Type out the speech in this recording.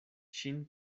ŝin